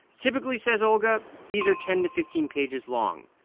typically, says olga, these are ten to fifteen pages long.